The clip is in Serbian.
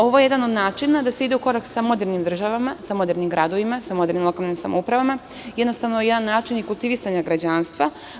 Ovo je jedan od načina da se ide u korak sa modernim državama, sa modernim gradovima, sa modernim lokalnim samoupravama, jednostavno jedan način i kultivisanja građanstva.